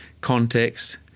context